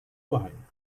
wine